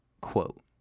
quote